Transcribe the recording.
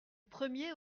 premier